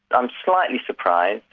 i'm slightly surprised,